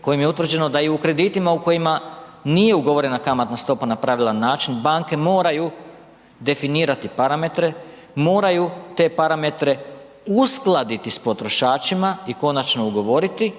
kojim je utvrđeno da i u kreditima u kojima nije ugovorena kamatna stopa na pravilan način banke moraju definirati parametre, moraju te parametre uskladiti s potrošačima i konačno ugovoriti.